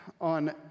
on